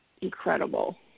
incredible